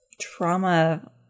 trauma